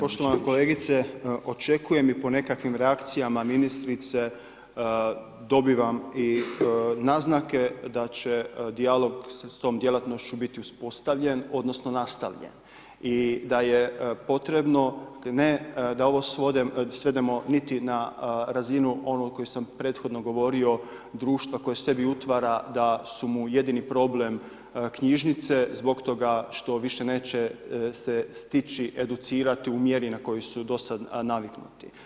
Poštovana kolegice, očekujem i po nekakvim reakcijama ministrice dobivam i naznake da će dijalog s tom djelatnošću biti uspostavljen, odnosno nastavljen, i da je potrebno, ne da ovo svedemo niti na razinu onu koju sam prethodno govorio društva koje sebi utvara da su mu jedini problem knjižnice zbog toga što više neće se stići educirati u mjeri na koju su do sada naviknuti.